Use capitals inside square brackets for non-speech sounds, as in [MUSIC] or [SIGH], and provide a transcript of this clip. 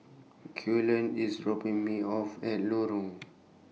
Cullen IS dropping Me off At Lorong [NOISE]